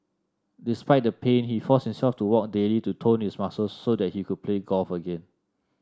despite the pain he forced himself to walk daily to tone his muscles so that he could play golf again